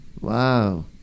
Wow